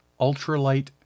Ultralight